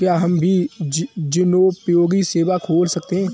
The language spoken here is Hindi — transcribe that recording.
क्या हम भी जनोपयोगी सेवा खोल सकते हैं?